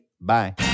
Bye